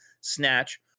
Snatch